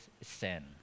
sin